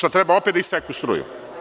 Da li treba opet da iseku struju?